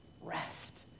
rest